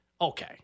Okay